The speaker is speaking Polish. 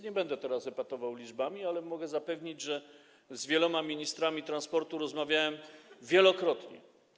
Nie będę więc teraz epatował liczbami, ale mogę zapewnić, że z wieloma ministrami transportu rozmawiałem wielokrotnie.